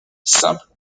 simple